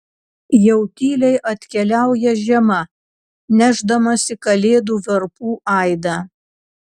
jau tyliai atkeliauja žiema nešdamasi kalėdų varpų aidą